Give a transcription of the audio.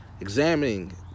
Examining